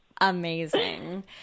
Amazing